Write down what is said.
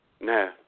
No